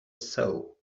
saw